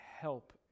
help